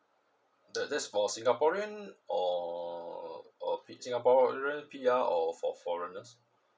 that's that's for singaporean or or singaporean P R or for foreigners